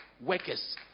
workers